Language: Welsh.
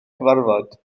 cyfarfod